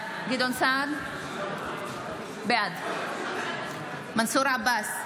בעד מנסור עבאס,